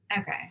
Okay